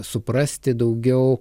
suprasti daugiau